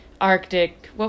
Arctic